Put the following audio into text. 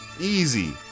Easy